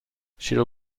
she’ll